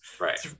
right